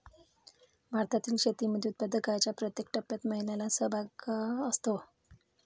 भारतातील शेतीमध्ये उत्पादनाच्या प्रत्येक टप्प्यात महिलांचा सहभाग असतो